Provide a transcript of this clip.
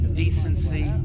decency